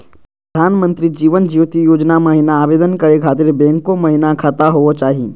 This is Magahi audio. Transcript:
प्रधानमंत्री जीवन ज्योति योजना महिना आवेदन करै खातिर बैंको महिना खाता होवे चाही?